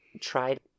tried